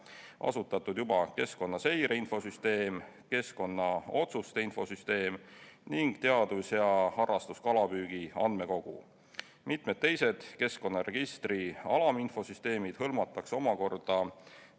asutatud juba keskkonnaseire infosüsteem, keskkonnaotsuste infosüsteem ning teadus- ja harrastuskalapüügi andmekogu. Mitmed teised keskkonnaregistri alaminfosüsteemid hõlmatakse omakorda